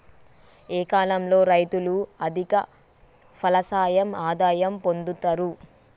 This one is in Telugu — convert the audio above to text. ఏ కాలం లో రైతులు అధిక ఫలసాయం ఆదాయం పొందుతరు?